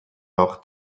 nach